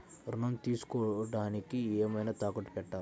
ఋణం తీసుకొనుటానికి ఏమైనా తాకట్టు పెట్టాలా?